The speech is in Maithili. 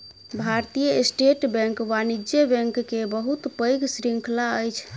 भारतीय स्टेट बैंक वाणिज्य बैंक के बहुत पैघ श्रृंखला अछि